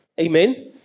Amen